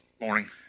morning